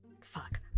Fuck